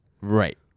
Right